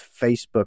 Facebook